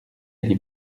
allez